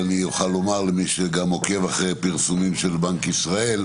אני אוכל לומר למי שגם עוקב אחרי הפרסומים של בנק ישראל,